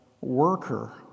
worker